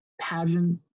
pageant